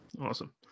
Awesome